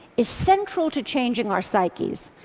is central to changing our psyches.